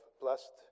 blessed